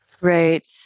right